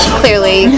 clearly